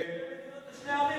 הוא אימץ שתי מדינות לשני עמים.